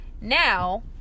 Now